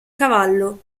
cavallo